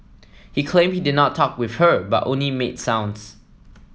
he claimed he did not talk with her but only made sounds